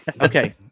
Okay